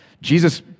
Jesus